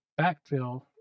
backfill